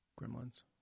Gremlins